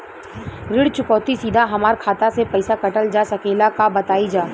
ऋण चुकौती सीधा हमार खाता से पैसा कटल जा सकेला का बताई जा?